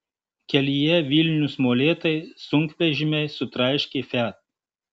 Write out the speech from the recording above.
kelyje vilnius molėtai sunkvežimiai sutraiškė fiat